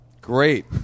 Great